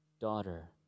daughter